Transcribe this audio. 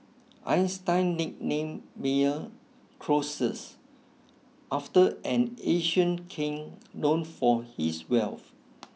Einstein nicknamed Meyer Croesus after an ancient king known for his wealth